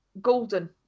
golden